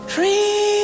Free